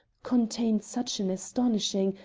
contained such an astonishing,